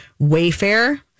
wayfair